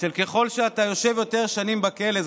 ככל שאתה יושב יותר שנים בכלא,